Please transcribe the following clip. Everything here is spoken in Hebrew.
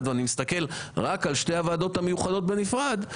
ומסתכל רק על שתי הוועדות המיוחדות בנפרד,